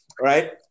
right